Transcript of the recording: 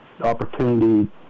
opportunity